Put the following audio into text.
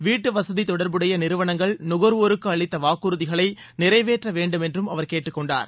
வீட்டுவசதி தொடர்புடைய நிறுவனங்கள் நுகர்வோருக்கு அளித்த வாக்குறுதிகளை நிறைவேற்ற வேண்டும் என்றும் அவர் கேட்டுக்கொண்டார்